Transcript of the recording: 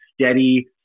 steady